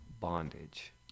bondage